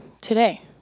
today